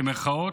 במירכאות,